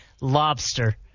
lobster